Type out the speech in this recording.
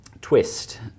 twist